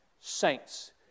saints